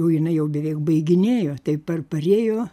o jinai jau beveik baiginėjo tai par parėjo